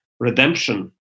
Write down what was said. redemption